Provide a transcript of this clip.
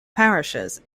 parishes